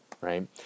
Right